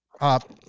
up